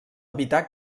evitar